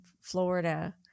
Florida